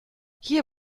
hier